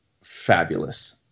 fabulous